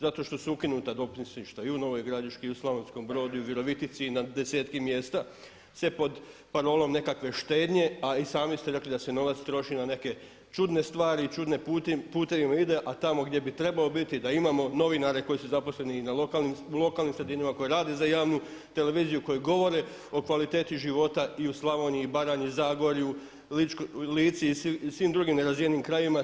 Zato što su ukinuta dopisništva i u Novoj Gradišci, i u Slavonskom Brodu, i u Virovitici, i na desetke mjesta sve pod parolom nekakve štednje a i sami ste rekli da se novac troši na neke čudne stvari i čudnim putevima ide a tamo gdje bi trebao biti da imamo novinare koji su zaposleni i u lokalnim sredinama koje rade za javnu televiziju, koji govore o kvaliteti života i u Slavoniji i Baranji, Zagorju, Lici i svim drugim nerazvijenim krajevima.